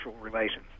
relations